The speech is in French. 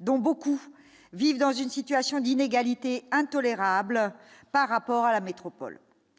dont beaucoup vivent dans une situation d'inégalité intolérable par rapport à la métropole,